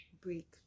break